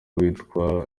witwa